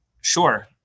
Sure